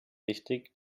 wichtig